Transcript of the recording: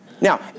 Now